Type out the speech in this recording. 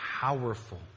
powerful